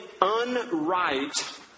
unright